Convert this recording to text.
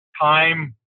time